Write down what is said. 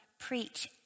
preach